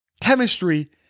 chemistry